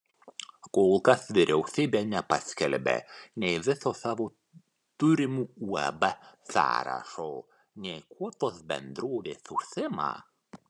kol kas vyriausybė nepaskelbė nei viso savo turimų uab sąrašo nei kuo tos bendrovės užsiima